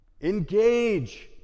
Engage